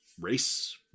race